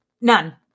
None